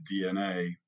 DNA